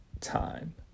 time